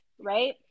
right